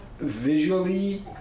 visually